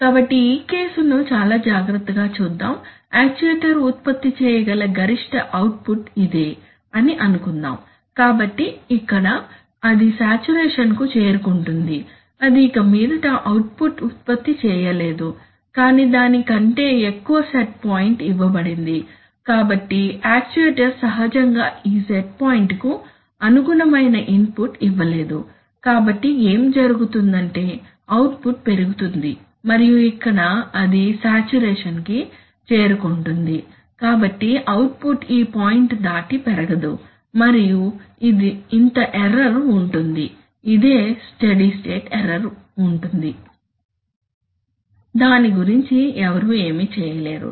కాబట్టి ఈ కేసును చాలా జాగ్రత్తగా చూద్దాం యాక్చుయేటర్ ఉత్పత్తి చేయగల గరిష్ట అవుట్పుట్ ఇదే అని అనుకుందాం కాబట్టి ఇక్కడ అది సాచురేషన్ కు చేరుకుంటుంది అది ఇకమీదట అవుట్పుట్ ఉత్పత్తి చేయలేదు కాని దాని కంటే ఎక్కువ సెట్ పాయింట్ ఇవ్వబడింది కాబట్టి యాక్చుయేటర్ సహజంగా ఈ సెట్ పాయింట్కు అనుగుణమైన ఇన్పుట్ ఇవ్వలేదు కాబట్టి ఏమి జరుగుతుందంటే అవుట్పుట్ పెరుగుతుంది మరియు ఇక్కడ అది సాచురేషన్ కి చేరుకుంటుంది కాబట్టి అవుట్పుట్ ఈ పాయింట్ దాటి పెరగదు మరియు ఇంత ఎర్రర్ ఉంటుంది ఇదే స్టడీ స్టేట్ ఎర్రర్ ఉంటుంది దాని గురించి ఎవరు ఏమీ చేయలేరు